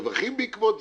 מברכים בעקבות זה.